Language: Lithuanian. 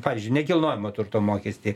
pavyzdžiui nekilnojamo turto mokestį